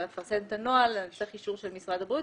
לפרסם את הנוהל צריך אישור של משרד הבריאות